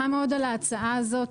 מאוד על ההצעה הזאת.